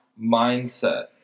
mindset